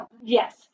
Yes